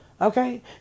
Okay